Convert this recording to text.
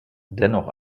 dennoch